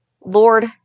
Lord